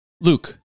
Luke